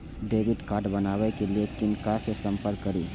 Debit card बनावे के लिए किनका से संपर्क करी?